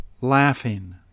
laughing